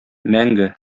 мәңге